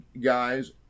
guys